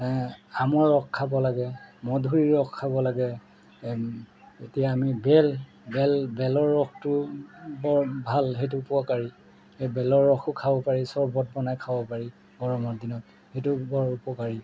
আমৰ ৰস খাব লাগে মধুৰিৰ ৰস খাব লাগে এতিয়া আমি বেল বেল বেলৰ ৰসটো বৰ ভাল সেইটো উপকাৰী এই বেলৰ ৰসো খাব পাৰি চৰ্বত বনাই খাব পাৰি গৰমৰ দিনত সেইটো বৰ উপকাৰী